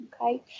Okay